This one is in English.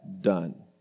done